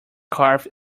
carved